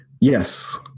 Yes